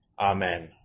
Amen